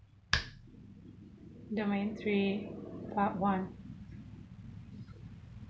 ya domain three part one